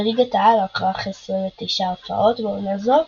בליגת העל ערך 29 הופעות בעונה זו,